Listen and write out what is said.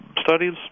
studies